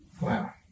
wow